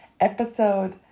episode